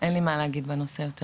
אין לי מה להגיד בנושא יותר.